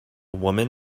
woman